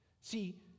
See